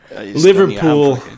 Liverpool